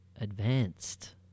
advanced